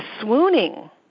swooning